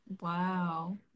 Wow